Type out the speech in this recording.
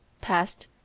past